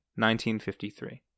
1953